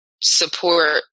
support